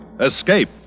Escape